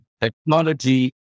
technology